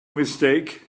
mistake